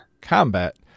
combat